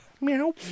Meow